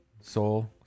soul